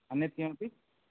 अन्यत् किमपि